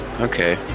Okay